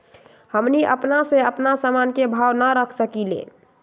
हमनी अपना से अपना सामन के भाव न रख सकींले?